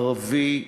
ערבי,